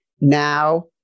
Now